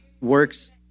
works